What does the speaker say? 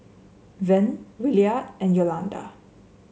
Vern Williard and Yolanda